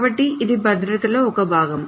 కాబట్టి ఇది భద్రతలో ఒక భాగం